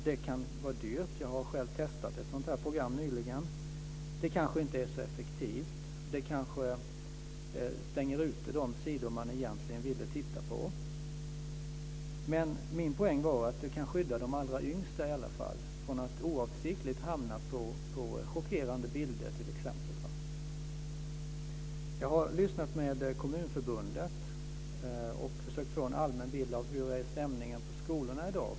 De kan vara dyra. Jag har själv testat ett sådant här program nyligen. De kanske inte heller är så effektiva, de kanske stänger ute de sidor som man egentligen ville titta på osv. Men min poäng var att de i alla fall kan skydda de allra yngsta från att oavsiktligt hamna på chockerande bilder t.ex. Jag har lyssnat med Kommunförbundet och försökt få en allmän bild av hur stämningen på skolorna är i dag.